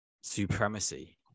supremacy